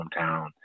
hometown